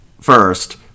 first